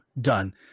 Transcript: Done